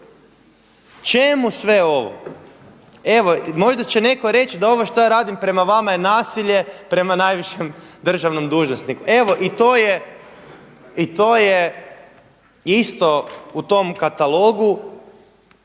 Čemu sve ovo. Evo, možda će netko reći da ovo što ja radim prema vama je nasilje prema najvišem državnom dužnosniku, evo i to je isto u tom katalogu.